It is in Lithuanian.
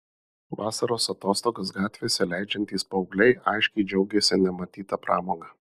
vasaros atostogas gatvėse leidžiantys paaugliai aiškiai džiaugėsi nematyta pramoga